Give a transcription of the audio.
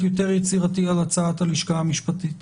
יותר יצירתית על הצעת הלשכה המשפטית.